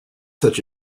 such